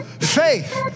faith